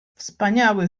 wspaniały